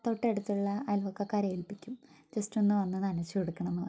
തൊട്ടടുത്തുള്ള അയൽപക്കക്കാരെ എൽപ്പിക്കും ജസ്റ്റ് ഒന്ന് വന്ന് നനച്ച് കൊടുക്കണം എന്നു പറയും